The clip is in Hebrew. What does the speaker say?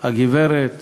הגברת